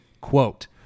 Quote